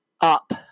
up